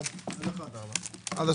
בשעה 11:55.